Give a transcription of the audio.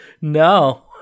no